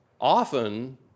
often